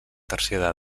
tercera